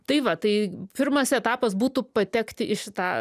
tai va tai pirmas etapas būtų patekti į šitą